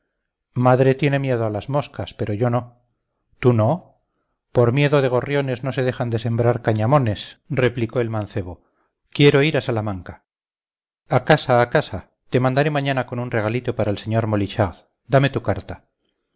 madre tiene miedo a las moscas pero yo no tú no por miedo de gorriones no se dejan de sembrar cañamones replicó el mancebo quiero ir a salamanca a casa a casa te mandaré mañana con un regalito para el señor molichard dame tu carta